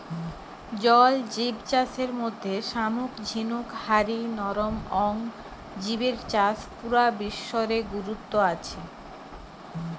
জল জিব চাষের মধ্যে শামুক ঝিনুক হারি নরম অং জিবের চাষ পুরা বিশ্ব রে গুরুত্ব আছে